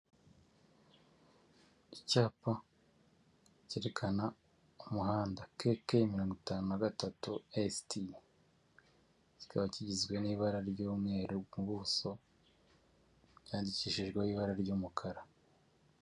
Icyapa cyerekana umuhanda; ke ke mirongo itanu na gatatu ese ti. Kikaba kigizwe ibara ry'umweru mu buso cyandikishijweho ibara ry'umukara.